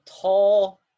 tall